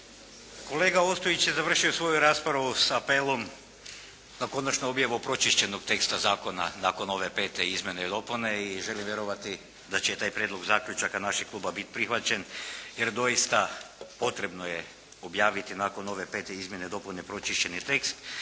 Kolega Ostojić je završio svoju raspravu sa apelom na konačnu objavu pročišćenog teksta zakona nakon ove pete izmjene i dopune. I želim vjerovati da će taj prijedlog zaključaka našeg kluba bit prihvaćen, jer doista potrebno je objaviti nakon ove pete izmjene i dopune prečišćeni tekst,